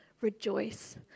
Rejoice